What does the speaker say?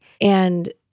And-